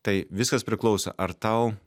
tai viskas priklauso ar tau